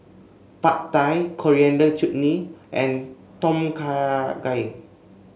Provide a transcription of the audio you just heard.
Pad Thai Coriander Chutney and Tom Kha Gai